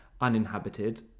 uninhabited